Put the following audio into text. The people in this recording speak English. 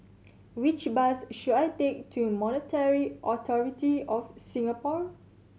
which bus should I take to Monetary Authority Of Singapore